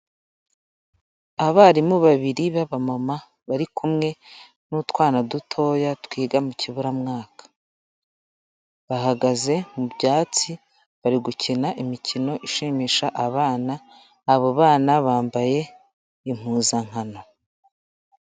Abarimu babiri b'abamama bari kumwe n'utwana dutoya twiga mu kiburamwaka. Bahagaze mu byatsi bari gukina imikino ishimisha abana, abo bana bambaye impuzankano.